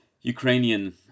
Ukrainian